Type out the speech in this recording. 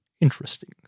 interesting